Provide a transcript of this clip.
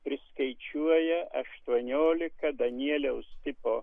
priskaičiuoja aštuoniolika danieliaus tipo